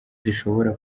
zishobora